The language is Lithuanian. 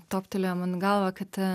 toptelėjo man į galvą kad